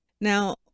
Now